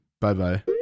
Bye-bye